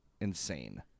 insane